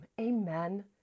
Amen